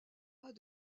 pas